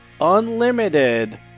Unlimited